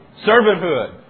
Servanthood